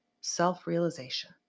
self-realization